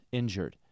injured